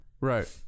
Right